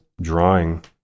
drawing